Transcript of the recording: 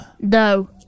No